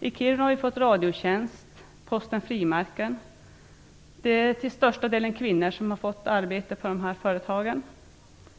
I Kiruna har vi fått Radiotjänst och Posten Frimärken. Det är till största delen kvinnor som har fått arbete på de här företagen.